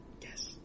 yes